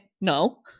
no